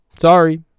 Sorry